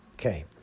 Okay